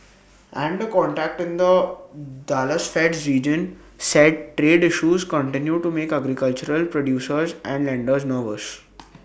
and A contact in the Dallas Fed's region said trade issues continue to make agricultural producers and lenders nervous